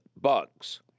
bugs